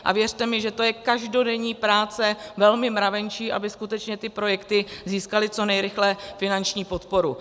A věřte mi, že to je každodenní práce velmi mravenčí, aby skutečně ty projekty získaly co nejrychleji finanční podporu.